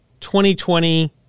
2020